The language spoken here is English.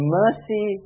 mercy